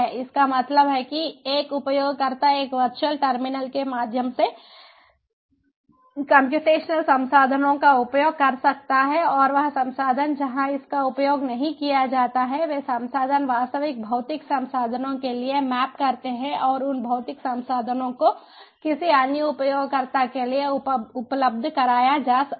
इसका मतलब है कि एक उपयोगकर्ता एक वर्चुअल टर्मिनल के माध्यम से कम्प्यूटेशनल संसाधनों का उपयोग कर सकता है और वह संसाधन जहां इसका उपयोग नहीं किया जाता है वे संसाधन वास्तविक भौतिक संसाधनों के लिए मैप करते हैं और उन भौतिक संसाधनों को किसी अन्य उपयोगकर्ता के लिए उपलब्ध कराया जा सकता है